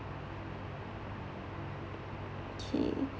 okay